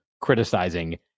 criticizing